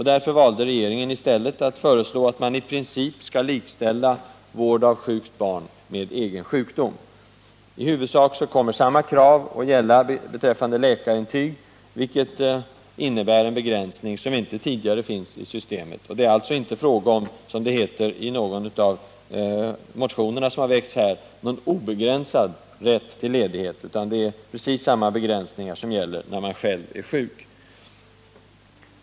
Där valde regeringen i stället att föreslå att man i princip skall likställa vård av sjukt barn med egen sjukdom. I huvudsak kommer samma krav att gälla beträffande läkarintyg, vilket innebär en begränsning som inte tidigare finns i systemet. Det är alltså inte fråga om, som det heter i någon av motionerna som väckts, någon obegränsad rätt till ledighet, utan det är precis samma begränsningar som gäller när man själv är sjuk.